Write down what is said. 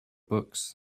books